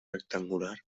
rectangular